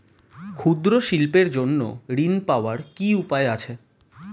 ক্ষুদ্র শিল্পের জন্য ঋণ পাওয়ার কি উপায় আছে?